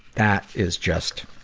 that is just